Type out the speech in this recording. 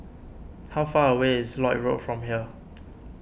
how far away is Lloyd Road from here